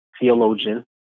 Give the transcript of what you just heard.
theologian